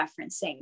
referencing